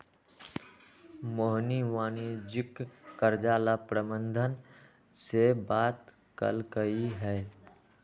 मोहिनी वाणिज्यिक कर्जा ला प्रबंधक से बात कलकई ह